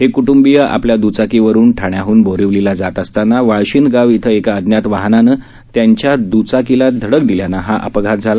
हे क्ट्ंबीय आपल्या द्चाकीवरून ठाण्याहन बोरिवलीला जाताना वाळशिंद गाव इथं एका अज्ञात वाहनाने त्यांच्या दुचाकीला धडक दिल्यानं हा अपघात झाला